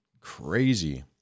Crazy